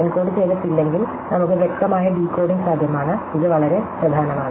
എൻകോഡുചെയ്തിട്ടില്ലെങ്കിൽ നമ്മുക്ക് വ്യക്തമായ ഡീകോഡിംഗ് സാധ്യമാണ് ഇത് വളരെ പ്രധാനമാണ്